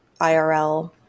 irl